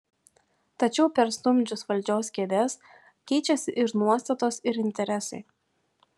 tačiau perstumdžius valdžios kėdes keičiasi ir nuostatos ir interesai